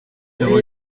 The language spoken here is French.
zéro